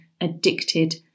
addicted